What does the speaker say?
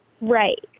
Right